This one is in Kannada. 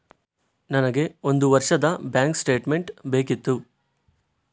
ನನಗೆ ಒಂದು ವರ್ಷದ ಬ್ಯಾಂಕ್ ಸ್ಟೇಟ್ಮೆಂಟ್ ಬೇಕಿತ್ತು